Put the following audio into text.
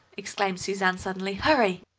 exclaimed suzanne suddenly hurry!